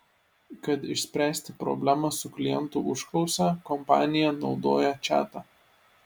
kad išspręsti problemą su klientų užklausa kompanija naudoja čatą